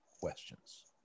questions